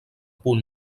punt